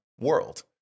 world